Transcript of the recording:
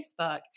Facebook